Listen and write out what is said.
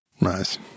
Nice